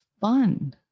fun